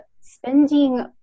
spending